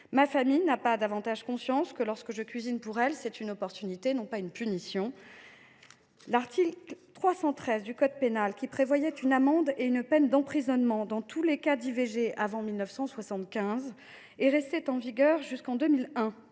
Ma famille n’a pas davantage conscience que, quand je cuisine pour elle, c’est une chance, et non une punition ! L’article 317 du code pénal, qui prévoyait une amende et une peine d’emprisonnement dans tous les cas d’IVG avant 1975, est resté en vigueur jusqu’en 2001